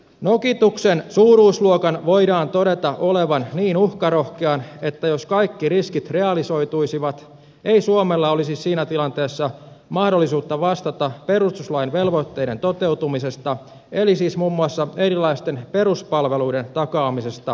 nokituksen suuruusluokan voidaan todeta olevan niin uhkarohkea että jos kaikki riskit realisoituisivat ei suomella olisi siinä tilanteessa mahdollisuutta vastata perustuslain velvoitteiden toteutumisesta eli siis muun muassa erilaisten peruspalveluiden takaamisesta kansalaisille